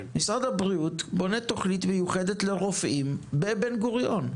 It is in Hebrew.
משרד הבריאות בונה תוכנית מיוחדת לרופאים בבן-גוריון.